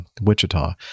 Wichita